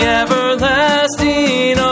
everlasting